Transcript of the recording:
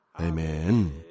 Amen